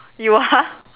you are